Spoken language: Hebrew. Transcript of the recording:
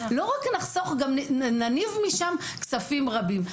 לא רק נחסוך, גם נניב משם כספים רבים.